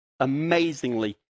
amazingly